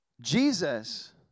Jesus